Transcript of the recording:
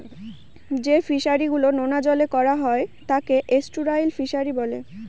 যে ফিশারি গুলো নোনা জলে করা হয় তাকে এস্টুয়ারই ফিশারি বলে